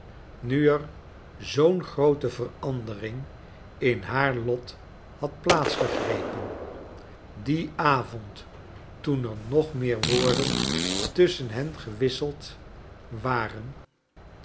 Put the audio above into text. nu er zoom groote verandering in haar lot had plaats gegrepen dien avond toen er nog meer woorden tusschen hen gewisseld waren